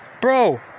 Bro